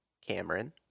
Cameron